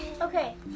Okay